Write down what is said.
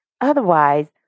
Otherwise